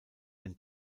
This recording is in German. den